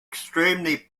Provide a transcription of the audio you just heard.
extremely